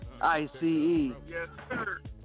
I-C-E